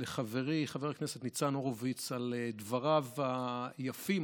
לחברי חבר הכנסת ניצן הורוביץ על דבריו היפים,